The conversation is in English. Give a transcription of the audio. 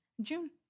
June